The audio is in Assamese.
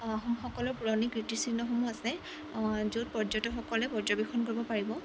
আহোমসকলৰ পুৰণি কীৰ্তিচিহ্নসমূহ আছে য'ত পৰ্যটকসকলে পৰ্যবেক্ষণ কৰিব পাৰিব